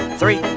three